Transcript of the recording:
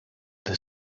the